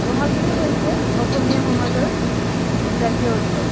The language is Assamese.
বহাগ বিহু হৈছে অসমীয়া সমাজৰ জাতীয় উৎসৱ